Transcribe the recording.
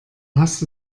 hast